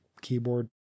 keyboard